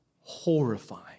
horrifying